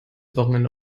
wochenende